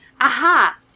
Aha